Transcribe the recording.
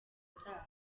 zabo